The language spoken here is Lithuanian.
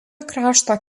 krašto